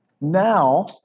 now